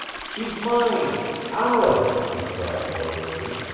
she's mine ours, he cried boyishly.